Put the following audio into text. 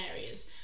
areas